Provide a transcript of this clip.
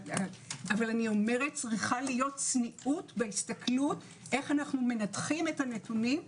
אבל צריכה להיות צניעות בהסתכלות איך אנו מנתחים את הנתונים,